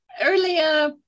Earlier